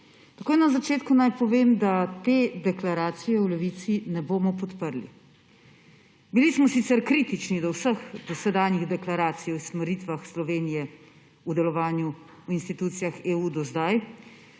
Takoj na začetku naj povem, da te deklaracije v Levici ne bomo podprli. Bili smo sicer kritični do vseh dosedanjih deklaracij o usmeritvah Slovenije v delovanju v institucijah EU, saj